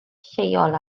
lleol